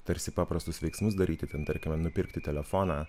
tarsi paprastus veiksmus daryti ten tarkime nupirkti telefoną